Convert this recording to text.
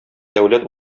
дәүләт